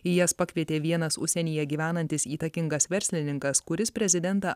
į jas pakvietė vienas užsienyje gyvenantis įtakingas verslininkas kuris prezidentą